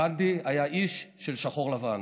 גנדי היה איש של שחור ולבן.